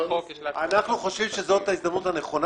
אנחנו חושבים שזאת ההזדמנות הנכונה,